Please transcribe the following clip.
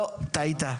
לא, טעית.